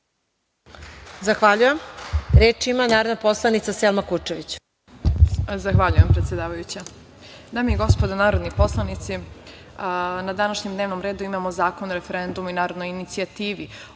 Zahvaljujem. Reč ima narodna poslanica Selma Kučević. **Selma Kučević** Zahvaljujem. Dame i gospodo narodni poslanici, na današnjem dnevnom redu imamo Zakon o referendumu i narodnoj inicijativi.